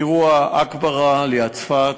אירוע בעכברה ליד צפת,